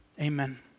amen